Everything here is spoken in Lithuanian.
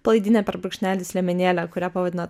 palaidinę per brūkšnelis liemenėlę kurią pavadinot